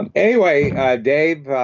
and anyway, dave,